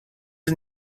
are